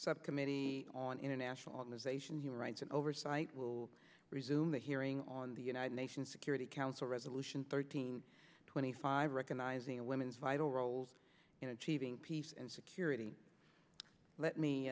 subcommittee on international organization human rights and oversight will resume the hearing on the united nations security council resolution thirteen twenty five recognizing a women's vital roles in achieving peace and security let me